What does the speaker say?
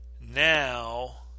Now